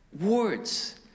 words